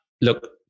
Look